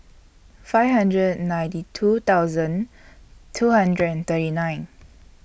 five hundred and ninety two thousand two hundred and thirty nine